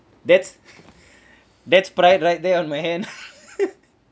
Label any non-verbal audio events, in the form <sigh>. that's <breath> that's pride right there on my hand <laughs>